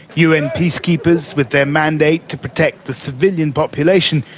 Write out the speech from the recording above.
un peacekeepers, with their mandate to protect the civilian population,